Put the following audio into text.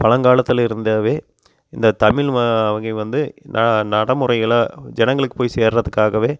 பழங்காலத்தில் இருந்தாவே இந்த தமிழ் வ வகை வந்து நான் நடைமுறைகளை ஜனங்களுக்கு போய் சேர்கிறதுக்காகவே